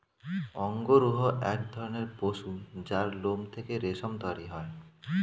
অঙ্গরূহ এক ধরণের পশু যার লোম থেকে রেশম তৈরি হয়